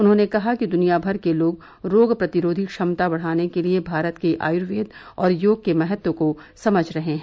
उन्होंने कहा कि दुनिया भर के लोग रोग प्रतिरोधी क्षमता बढ़ाने के लिए भारत के आयुर्वेद और योग के महत्व को समझ रहे हैं